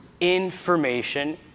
information